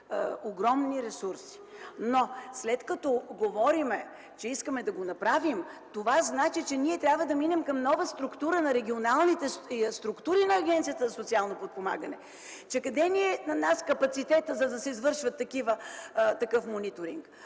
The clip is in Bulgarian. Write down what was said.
огромни ресурси. Но след като говорим, че искаме да го направим, това означава, че трябва да минем към нова структура на регионалните структури на Агенцията за социално подпомагане. Къде ни е капацитетът за извършване на такъв мониторинг?